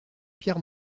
pierre